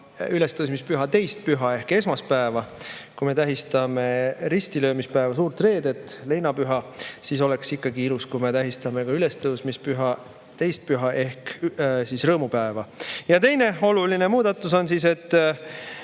ülestõusmispüha 2. püha ehk esmaspäeva. Kui me tähistame ristilöömise päeva, suurt reedet, leinapüha, siis oleks ikkagi ilus, kui me tähistame ka ülestõusmispüha 2. püha ehk rõõmupäeva. Ja teine oluline muudatus on, et